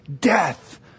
death